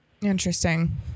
interesting